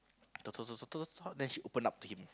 talk talk talk talk talk talk then she open up to him